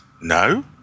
No